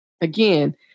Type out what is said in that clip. Again